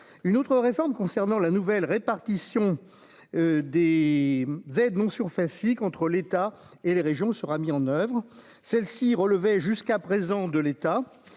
une autre réforme concernant la nouvelle répartition des aides non surface entre l'État et les régions sera mis en oeuvre, celle-ci relevait jusqu'à présent de l'État,